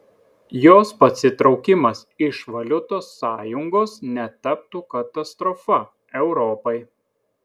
jos pasitraukimas iš valiutos sąjungos netaptų katastrofa europai